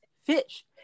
fish